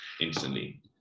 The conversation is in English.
instantly